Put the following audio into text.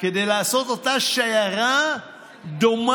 כדי לעשות אותה שיירה דומה,